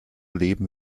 leben